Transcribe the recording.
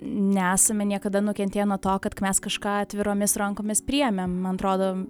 nesame niekada nukentėję nuo to kad mes kažką atviromis rankomis priėmėm man atrodo